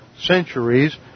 centuries